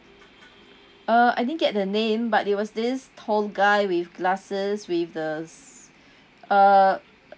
uh I didn't get the name but it was this tall guy with glasses with the uh